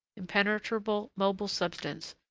impenetrable, mobile substance,